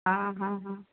हाँ हाँ हाँ